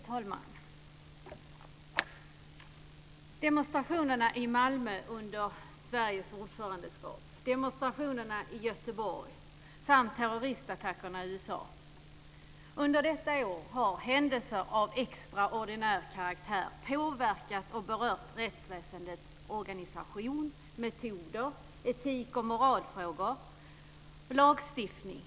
Fru talman! Demonstrationerna i Malmö under Sveriges ordförandetid, demonstrationerna i Göteborg samt terroristattackerna i USA innebär att händelser av extraordinär karaktär under detta år har påverkat rättsväsendets organisation, metoder, etik och moralfrågor och lagstiftning.